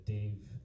Dave